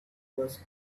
was